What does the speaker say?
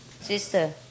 Sister